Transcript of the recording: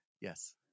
Yes